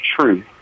truth